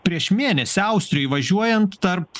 prieš mėnesį austrijoj įvažiuojant tarp